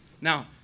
Now